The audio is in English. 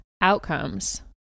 Outcomes